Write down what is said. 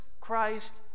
Christ